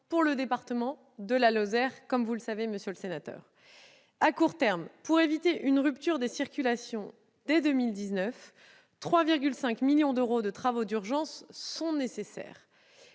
pour le département de la Lozère, comme vous le savez, monsieur le sénateur. À court terme, pour éviter une rupture des circulations dès 2019, quelque 3,5 millions d'euros de travaux d'urgence sont nécessaires.